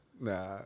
Nah